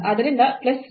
ಆದ್ದರಿಂದ ಪ್ಲಸ್ 0